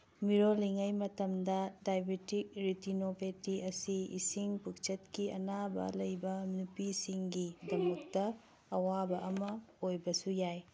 ꯃꯤꯔꯣꯜꯂꯤꯉꯩꯒꯤ ꯃꯇꯝꯗ diabetic retinopathy ꯑꯁꯤ ꯏꯁꯤꯡ ꯄꯨꯛꯆꯠꯀꯤ ꯑꯅꯥꯕ ꯂꯩꯕ ꯅꯨꯄꯤꯁꯤꯡꯒꯤꯗꯃꯛꯇ ꯑꯋꯥꯕ ꯑꯃ ꯑꯣꯏꯕꯁꯨ ꯌꯥꯏ